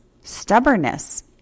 stubbornness